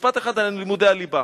ומשפט אחד על לימודי הליבה.